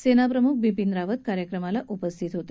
सेनाप्रम्ख बिपीन रावत कार्यक्रमाला उपस्थित होते